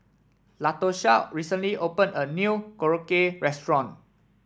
Latosha recently opened a new Korokke Restaurant